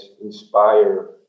inspire